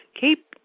Keep